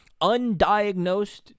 undiagnosed